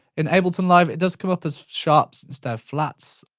in ableton live it does come up as sharps instead of flats,